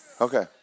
Okay